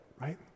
right